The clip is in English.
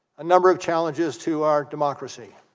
a number of challenges to our democracy